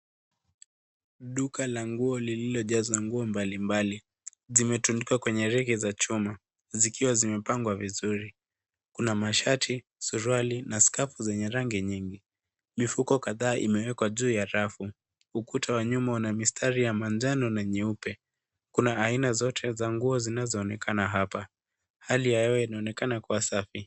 Duka la nguo lililozaja nguo mbali mbali ,zimetundikwa kwenye rege za chuma zikiwa zimepangwa vizuri Kuna mashati, suruali na sakafu zenye nyingi, mfuko kadhaa umewekwa kwenye juu ya rafu, ukuta wa nyuma una mistari ya manjano na nyeupe, kuna aina zote za nguo inaonekana hapa ,hali ya hewa inaonekana kuwa safi